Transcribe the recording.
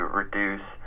reduce